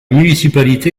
municipalité